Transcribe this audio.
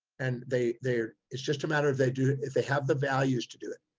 and they they're. it's just a matter of they do. if they have the values to do it,